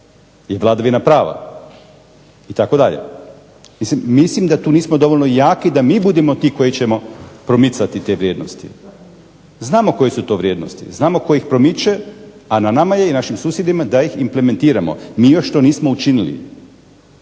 je vladavina prava, itd. Mislim da tu nismo dovoljno jaki da mi budemo ti koji ćemo promicati te vrijednosti. Znamo koje su to vrijednosti, znamo tko ih promiče, a na nama je i na našim susjedima da ih implementiramo. Mi još to nismo učinili.